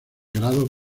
grados